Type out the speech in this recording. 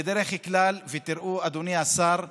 בדרך כלל, ותראו, אדוני השר,